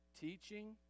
teaching